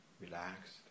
relaxed